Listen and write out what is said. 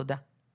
תודה.